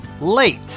late